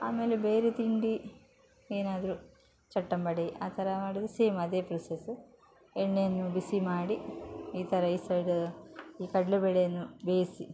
ಆಮೇಲೆ ಬೇರೆ ತಿಂಡಿ ಏನಾದರೂ ಚಟ್ಟಂಬಡೆ ಆ ಥರ ಮಾಡುವುದು ಸೇಮ್ ಅದೇ ಪ್ರೊಸೆಸು ಎಣ್ಣೆಯನ್ನು ಬಿಸಿಮಾಡಿ ಈ ಥರ ಈ ಸೈಡ ಈ ಕಡ್ಲೆಬೇಳೆಯನ್ನು ಬೇಯಿಸಿ